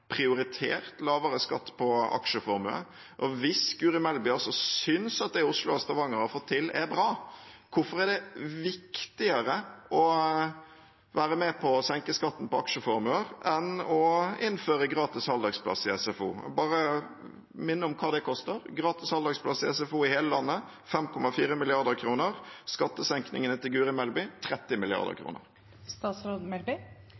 prioritert lavere skatt på aksjeformue, og hvis Guri Melby synes at det Oslo og Stavanger har fått til, er bra, hvorfor er det viktigere å være med på å senke skatten på aksjeformuer enn å innføre gratis halvdagsplass i SFO? Jeg vil bare minne om hva det koster: gratis halvdagsplass i SFO i hele landet: 5,4 mrd. kr – skattesenkningene til Guri Melby: 30